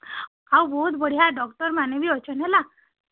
ଆଉ ବହୁତ୍ ବଢ଼ିଆ ଡ଼କ୍ଟର୍ ମାନେ ବି ଅଛନ୍ ହେଲା